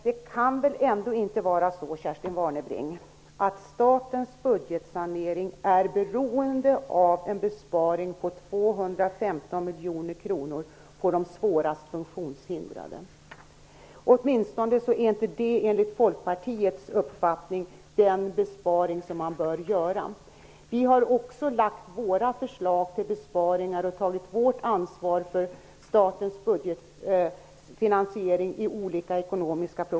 Det kan väl ändå inte vara så, Kerstin Warnerbring, att statens budgetsanering är beroende av en besparing på 215 miljoner kronor när det gäller de svårast funktionshindrade. Enligt Folkpartiets uppfattning är inte detta en besparing som bör genomföras. Vi har också i olika motioner lagt fram förslag till besparingar och tagit vårt ansvar för statens budgetfinansiering.